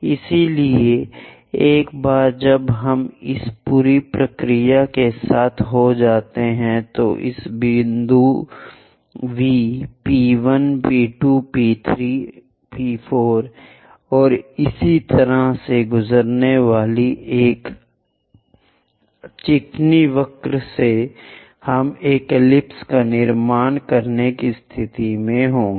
इसलिए एक बार जब हम इस पूरी प्रक्रिया के साथ हो जाते हैं तो इस V बिंदु P 1 P 2 P 4 और इसी तरह से गुजरने वाली इस एक चिकनी वक्र से हम एक एलिप्स का निर्माण करने की स्थिति में होंगे